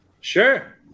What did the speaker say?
Sure